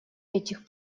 этих